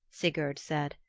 sigurd said.